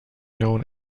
known